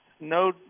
no